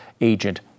agent